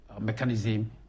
mechanism